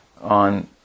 on